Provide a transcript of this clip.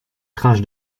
crash